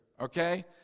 okay